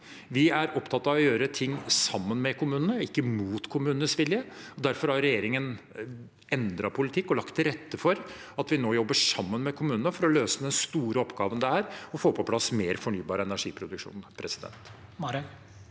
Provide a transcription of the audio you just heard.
Vi er opptatt av å gjøre ting sammen med kommunene og ikke mot kommunenes vilje. Derfor har regjeringen endret politikk og lagt til rette for at vi nå jobber sammen med kommunene for å løse den store oppgaven det er å få på plass mer fornybar energiproduksjon. Sofie